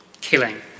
killing